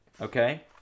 Okay